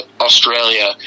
Australia